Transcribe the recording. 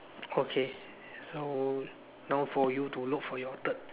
okay so now for you to look for your third